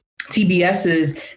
TBS's